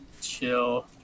chill